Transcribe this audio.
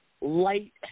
light